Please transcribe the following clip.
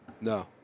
No